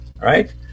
right